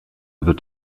wird